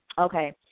Okay